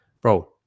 Bro